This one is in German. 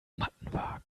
mattenwagen